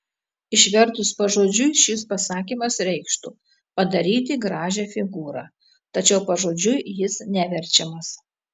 išvertus pažodžiui šis pasakymas reikštų padaryti gražią figūrą tačiau pažodžiui jis neverčiamas